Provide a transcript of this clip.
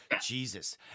Jesus